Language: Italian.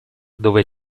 dove